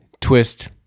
Twist